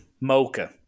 Mocha